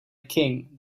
king